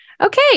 Okay